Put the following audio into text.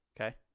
okay